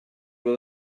will